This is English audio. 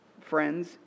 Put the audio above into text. friends